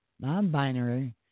non-binary